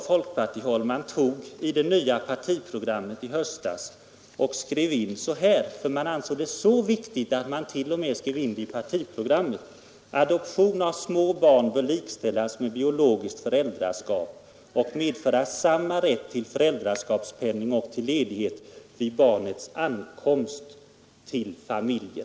Folkpartiet ansåg denna fråga vara så viktig att man i höstas till och med skrev in följande i det nya partiprogrammet, där med små barn menas barn under skolåldern: ”Adoption av små barn bör likställas med biologiskt föräldraskap och medföra samma rätt till föräldraskapspenning och till ledighet vid barnets ankomst till familjen.”